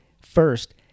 first